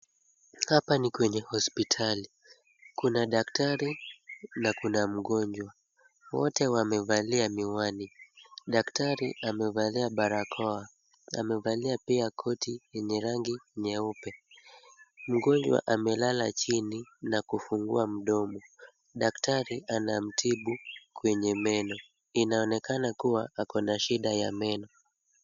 Hapa ni kwenye hospitali kuna daktari na kuna mgonjwa wote wamevalia miwani, daktari amevalia barakoa amevalia pia koti yenye rangi nyeupe, mgonjwa amelala chini na kufungua mdomo daktari anamtibu kwenye meno inaonekana kuwa ako na shida ya meno